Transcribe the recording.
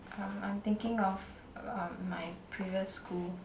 um I'm thinking of um my previous school